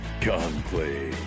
Conclave